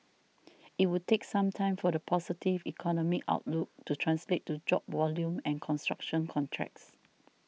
it would take some time for the positive economic outlook to translate to job volume and construction contracts